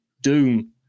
Doom